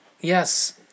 Yes